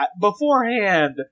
beforehand